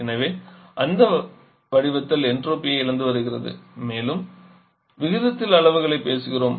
எனவே அது அந்த வடிவத்தில் என்ட்ரோபியை இழந்து வருகிறது மேலும் விகிதத்தில் அளவுகளில் பேசுகிறோம்